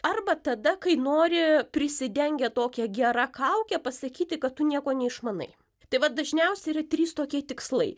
arba tada kai nori prisidengę tokia gera kauke pasakyti kad tu nieko neišmanai tai vat dažniausiai yra trys tokie tikslai